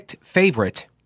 favorite